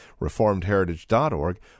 reformedheritage.org